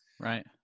right